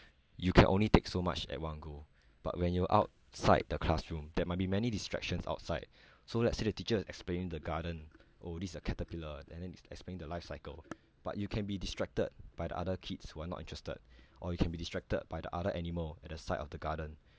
you can only take so much at one go but when you're outside the classroom there might be many distractions outside so let's say the teacher explaining the garden oh this a caterpillar and then explain the life cycle but you can be distracted by the other kids who are not interested or you can be distracted by the other animal at the side of the garden